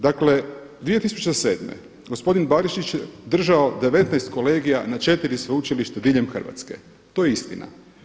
Dakle, 2007. gospodin Barišić je držao 19 kolegija na 4 sveučilišta diljem Hrvatske, to je istina.